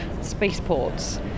spaceports